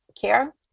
care